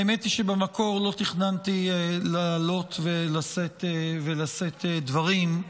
האמת היא שבמקור לא תכננתי לעלות ולשאת דברים,